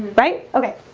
right? okay